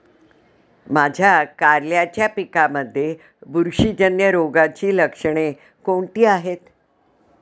माझ्या कारल्याच्या पिकामध्ये बुरशीजन्य रोगाची लक्षणे कोणती आहेत?